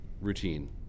routine